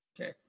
Okay